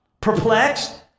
perplexed